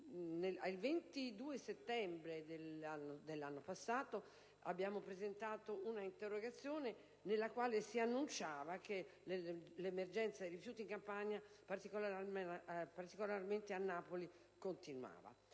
Il 22 settembre dell'anno passato abbiamo presentato un'interrogazione, nella quale si annunciava che l'emergenza rifiuti in Campania, particolarmente a Napoli, continuava.